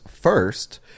first